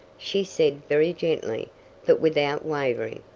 she said very gently but without wavering.